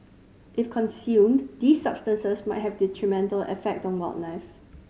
if consumed these substances might have detrimental effect on wildlife